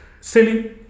silly